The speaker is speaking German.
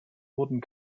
wurden